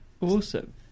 Awesome